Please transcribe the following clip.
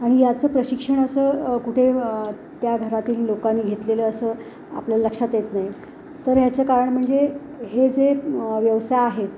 आणि याचं प्रशिक्षण असं कुठे त्या घरातील लोकांनी घेतलेलं असं आपल्याला लक्षात येत नाही तर ह्याचं कारण म्हणजे हे जे व्यवसाय आहेत